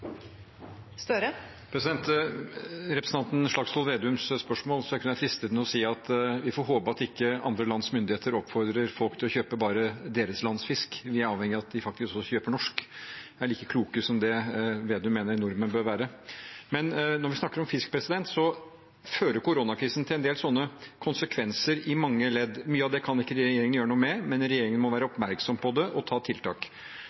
Slagsvold Vedums spørsmål gjorde at det kunne være fristende å si at vi får håpe ikke andre lands myndigheter oppfordrer folk til å kjøpe bare deres lands fisk, vi er avhengig av at de faktisk også kjøper norsk – er like kloke som Slagsvold Vedum mener nordmenn bør være. Når vi snakker om fisk, fører koronakrisen til en del konsekvenser i mange ledd. Mye av det kan ikke regjeringen gjøre noe med, men regjeringen må være oppmerksom på det og gjøre tiltak.